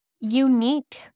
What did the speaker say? unique